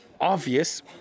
obvious